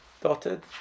dotted